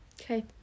okay